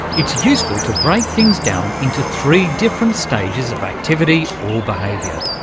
it's useful to break things down into three different stages of activity or behaviour.